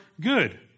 good